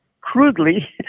crudely